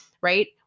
right